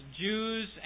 Jews